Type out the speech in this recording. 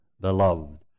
beloved